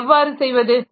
இதை எவ்வாறு செய்வது